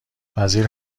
وزیر